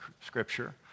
scripture